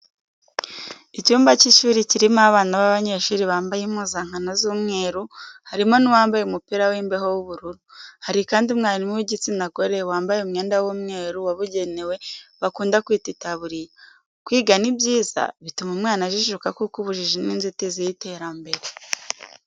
Icyumba cy'ishuri kirimo abana b'abanyeshuri bambaye impuzankano z'umweru harimo n'uwambaye umupira w'imbeho w'ubururu. Hari kandi umwarimu w'igitsina gore wambaye umwenda w'umweru wabugenewe bakunda kwita itaburiya. Kwiga ni byiza bituma umwana ajijuka kuko ubujiji ni inzitizi y'iterambere.